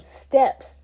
steps